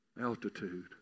altitude